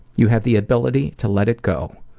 you have the ability to let it go,